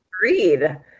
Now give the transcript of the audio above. Agreed